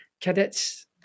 Cadets